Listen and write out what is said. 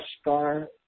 star